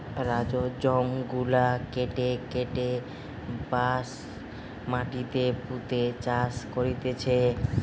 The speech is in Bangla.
রাইজোম গুলা কেটে কেটে বাঁশ মাটিতে পুঁতে চাষ করতিছে